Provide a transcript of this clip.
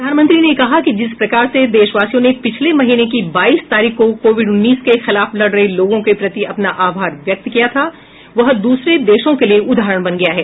प्रधानमंत्री ने कहा कि जिस प्रकार से देशवासियों ने पिछले महीने की बाईस तारीख को कोविड उन्नीस के खिलाफ लड़ रहे लोगों के प्रति अपना आभार व्यक्त किया था वह द्रसरे देशों के लिए उदाहरण बन गया है